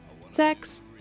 sex